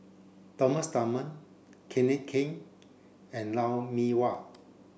Thomas Dunman Kenneth Keng and Lou Mee Wah